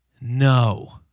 No